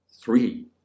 Three